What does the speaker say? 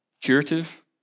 Curative